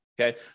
Okay